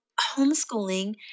homeschooling